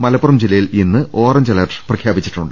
മലപ്പുറം ജില്ലയിൽ ഇന്ന് orange alert പ്രഖ്യാപിച്ചിട്ടുണ്ട്